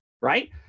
right